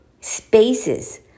spaces